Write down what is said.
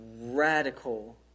radical